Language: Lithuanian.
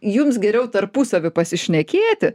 jums geriau tarpusavy pasišnekėti